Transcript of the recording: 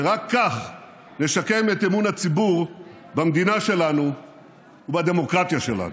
רק כך נשקם את אמון הציבור במדינה שלנו ובדמוקרטיה שלנו.